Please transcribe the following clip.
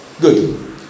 Good